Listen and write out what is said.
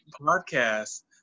podcast